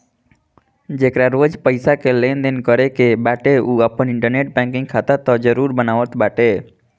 जेकरा रोज पईसा कअ लेनदेन करे के बाटे उ आपन इंटरनेट बैंकिंग खाता तअ जरुर बनावत बाटे